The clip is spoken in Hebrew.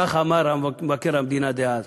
כך אמר מבקר המדינה דאז.